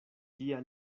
tia